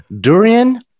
Durian